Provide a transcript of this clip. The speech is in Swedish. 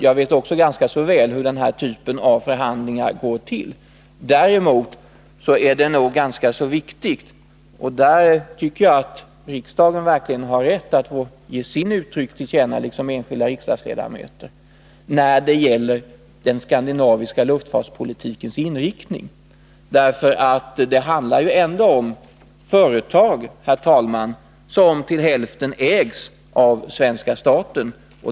Jag vet också ganska väl hur den här typen av förhandlingar går till. Däremot är frågan om den skandinaviska luftfartspolitikens inriktning viktig, och jag tycker att riksdagen, liksom enskilda riksdagsledamöter, verkligen har rätt att få ge uttryck för sina åsikter. Det handlar ändå om företag, herr talman, som till hälften ägs av svenska staten.